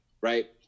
right